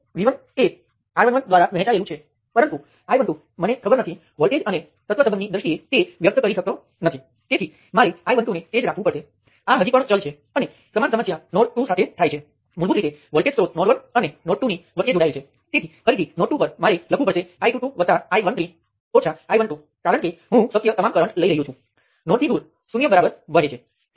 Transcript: તેથી આવી રીતે આપણે સમીકરણ લખીએ અને તમે જુઓ કે તે વાસ્તવમાં વોલ્ટેજ કંટ્રોલ વોલ્ટેજ સ્ત્રોત સાથેના કિસ્સા જેવું જ છે માત્ર એટલો જ તફાવત છે કે તમારે મેળવવા માટે વધારે પગલાં લેવા પડશે જમણી બાજુ શું છે કારણ કે કરંટ અજ્ઞાત છે અને પ્રાથમિક ચલો અને નોડલ વિશ્લેષણ નોડ વોલ્ટેજ છે